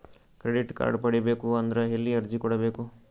Credit card ಪಡಿಬೇಕು ಅಂದ್ರ ಎಲ್ಲಿ ಅರ್ಜಿ ಕೊಡಬೇಕು?